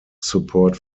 support